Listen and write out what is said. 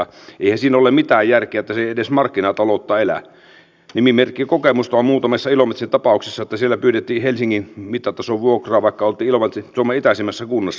eihän siinä ole mitään järkeä että se ei edes markkinataloutta elä nimimerkillä kokemusta on muutamissa ilomantsin tapauksissa että siellä pyydettiin helsingin mittatason vuokraa vaikka oltiin ilomantsissa suomen itäisimmässä kunnassa